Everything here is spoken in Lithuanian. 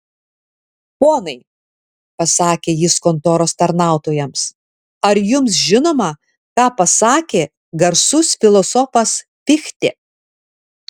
ponai pasakė jis kontoros tarnautojams ar jums žinoma ką pasakė garsus filosofas fichtė